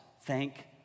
Thank